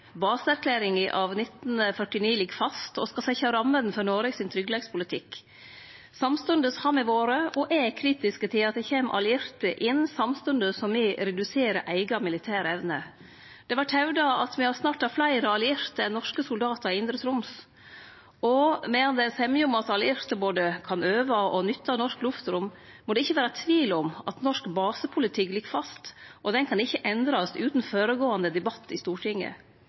av 1949 ligg fast og skal setje rammene for norsk tryggleikspolitikk. Samstundes har me vore, og er, kritiske til at det kjem allierte inn samstundes som me reduserer eiga militær evne. Det vert hevda at me snart har fleire allierte enn norske soldatar i indre Troms. Og medan det er semje om at allierte både kan øve og nytte norsk luftrom, må det ikkje vere tvil om at norsk basepolitikk ligg fast, og han kan ikkje endrast utan føregåande debatt i Stortinget.